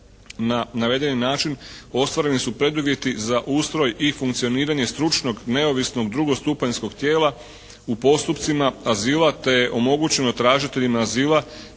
Na navedeni način ostvareni su preduvjeti za ustroj i funkcioniranje stručnog neovisnog drugostupanjskog tijela u postupcima azila te je omogućeno tražiteljima azila